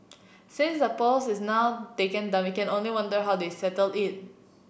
since the post is now taken down we can only wonder how they settle it